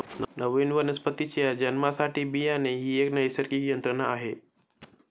नवीन वनस्पतीच्या जन्मासाठी बियाणे ही एक नैसर्गिक यंत्रणा आहे